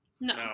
No